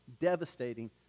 devastating